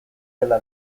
dela